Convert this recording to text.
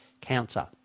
cancer